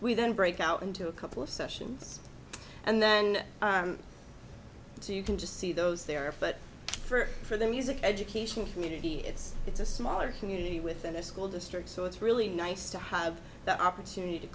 we then break out into a couple of sessions and then so you can just see those there but for the music education community it's it's a smaller community within a school district so it's really nice to have the opportunity to